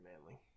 manly